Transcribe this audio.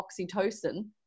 oxytocin